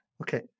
Okay